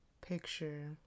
picture